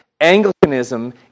Anglicanism